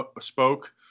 spoke